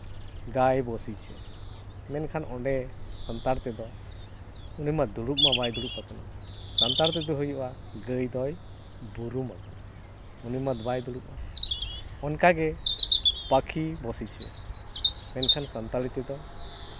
ᱜᱟᱭ ᱵᱚᱥᱮᱪᱷᱮ ᱢᱮᱱᱠᱷᱟᱱ ᱚᱸᱰᱮ ᱥᱟᱱᱛᱟᱲ ᱛᱮᱫᱚ ᱩᱱᱤ ᱢᱟ ᱫᱩᱲᱩᱵ ᱢᱟ ᱵᱟᱭ ᱫᱩᱲᱩᱵ ᱟᱠᱟᱱᱟ ᱥᱟᱱᱛᱟᱲ ᱛᱮᱫᱚ ᱦᱩᱭᱩᱜᱼᱟ ᱜᱟᱹᱭ ᱫᱚᱭ ᱵᱩᱨᱩᱢ ᱠᱟᱱᱟ ᱩᱱᱤ ᱢᱟᱛᱚ ᱵᱟᱭ ᱫᱩᱲᱩᱵᱼᱟ ᱚᱱᱠᱟᱜᱮ ᱯᱟᱹᱠᱷᱤ ᱵᱚᱥᱮᱪᱷᱮ ᱢᱮᱱᱠᱷᱟᱱ ᱥᱟᱱᱛᱟᱲᱤ ᱛᱮᱫᱚ